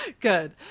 Good